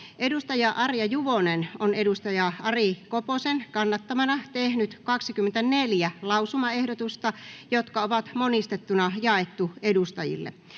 3A) Arja Juvonen on Ari Koposen kannattamana tehnyt 24 lausumaehdotusta, jotka on monistettuna jaettu edustajille.